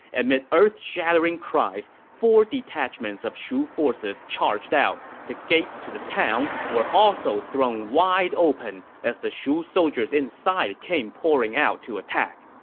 amid earth-shattering cries, four detachments of shu forces charged out. the gates to the town were also thrown wide open as the shu soldiers inside came pouring out to attack.